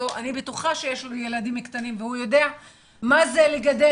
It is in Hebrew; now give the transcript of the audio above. אני בטוחה שיש לו ילדים קטנים והוא יודע מה זה לגדל